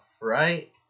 right